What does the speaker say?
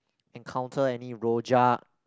encounter any Rojak